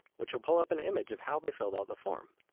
which will pull up an image of how they filled out the form.